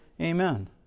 Amen